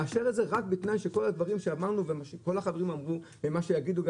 לאשר את זה רק בתנאי שכל הדברים שאמרנו וכל החברים אמרו ומה שיגידו,